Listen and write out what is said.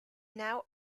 now